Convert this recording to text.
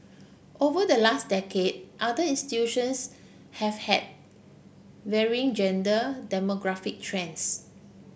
over the last decade other institutions have had varying gender demographic trends